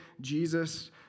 Jesus